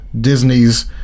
Disney's